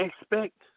expect